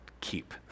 keep